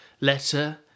letter